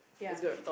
ya